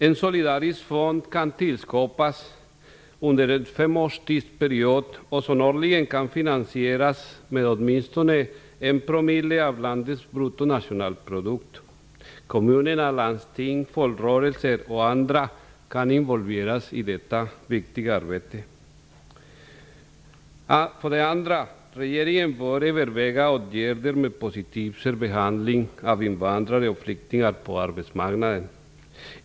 En solidarisk fond kan skapas som under en femårsperiod årligen finansieras med åtminstone en promille av landets bruttonationalprodukt. Kommuner, landsting, folkrörelser och andra kan involveras i detta arbete. För det andra: Regeringen bör överväga åtgärder med positiv särbehandling av invandrare och flyktingar på arbetsmarknaden.